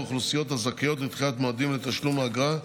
האוכלוסיות הזכאיות לדחיית מועדים לתשלום האגרה,